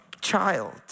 child